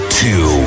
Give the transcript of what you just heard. two